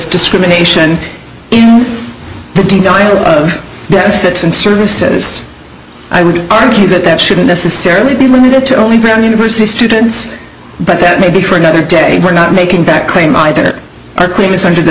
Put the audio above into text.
discrimination in the benefits and services i would argue that that shouldn't necessarily be limited to only brown university students but that may be for another day we're not making that claim either i think it's under the